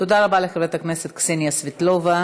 תודה רבה לחברת הכנסת קסניה סבטלובה.